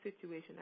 situation